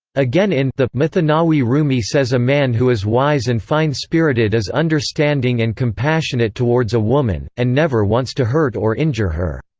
again in mathanawi rumi says a man who is wise and fine-spirited is understanding and compassionate towards a woman, and never wants to hurt or injure her.